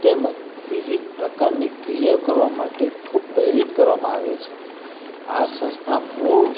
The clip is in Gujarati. તેમજ વિવિધ પ્રકારની ક્રિયાઓ કરવા માટે ખૂબ પ્રેરિત કરવામાં આવે છે આ સંસ્થા મૂળ